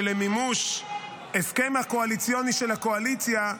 מימוש ההסכם הקואליציוני של הקואליציה,